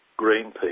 Greenpeace